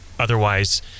Otherwise